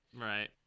Right